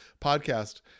podcast